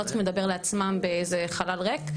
הם לא צריכים לדבר לעצמם באיזה חלל ריק,